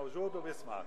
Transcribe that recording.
הו מוג'וד וביסמעכּ.